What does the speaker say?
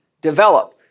develop